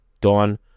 Dawn